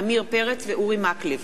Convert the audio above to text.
עמיר פרץ ואורי מקלב,